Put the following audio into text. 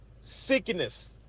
sickness